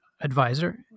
advisor